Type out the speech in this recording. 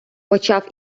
почав